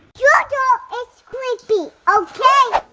your doll is creepy, okay?